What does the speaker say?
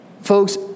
Folks